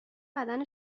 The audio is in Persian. بدن